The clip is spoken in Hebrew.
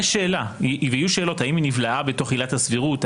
יש שאלה ויהיו שאלות האם היא נבלעה בתוך עילת הסבירות,